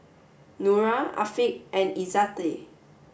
Nura Afiq and Izzati